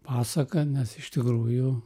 pasaka nes iš tikrųjų